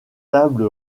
table